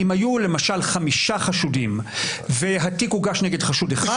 אם היו למשל חמישה חשודים והתיק הוגש נגד חשוד אחד,